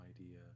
idea